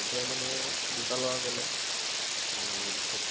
তেতিয়া মানে দুটা ল'ৰা গ'লে খুব